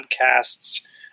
podcasts